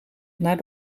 naar